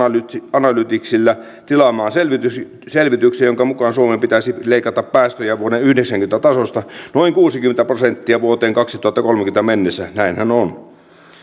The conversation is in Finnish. analyticsilta tilaamaan selvitykseen jonka mukaan suomen pitäisi leikata päästöjä vuoden yhdeksänkymmentä tasosta noin kuusikymmentä prosenttia vuoteen kaksituhattakolmekymmentä mennessä näinhän on